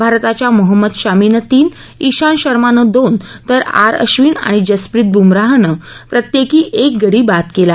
भारताच्या मोहम्मद शामीने तीन आंत शर्माने दोन तर आर अधिन आणि जसप्रीत बुमराहनं प्रत्येकी एक गडी बाद केला